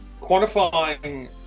Quantifying